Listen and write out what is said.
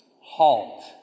HALT